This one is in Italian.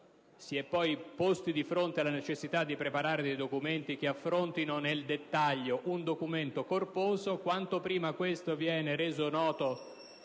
si è poi posti di fronte alla necessità di preparare documenti che affrontino nel dettaglio un documento corposo, quanto prima questo viene reso noto